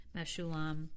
Meshulam